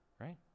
Right